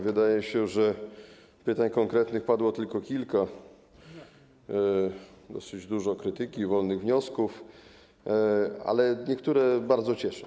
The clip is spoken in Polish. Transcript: Wydaje się, że pytań konkretnych padło tylko kilka, dosyć dużo krytyki i wolnych wniosków, ale niektóre bardzo cieszą.